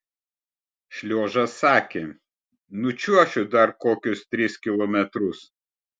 šliožas sakė nučiuošiu dar kokius tris kilometrus